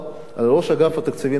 על ראש אגף התקציבים דאז,